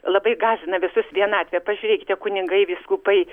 labai gąsdina visus vienatve pažiūrėkite kunigai vyskupai